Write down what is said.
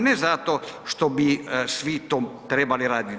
Ne zato što bi svi to trebali radit.